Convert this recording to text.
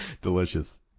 delicious